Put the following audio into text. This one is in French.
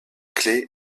clef